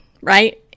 right